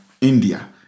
India